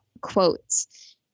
quotes